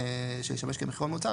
ואז יש מחירון מוצע.